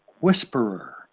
whisperer